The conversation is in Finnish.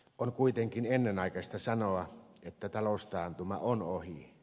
on kuitenkin ennenaikaista sanoa että taloustaantuma on ohi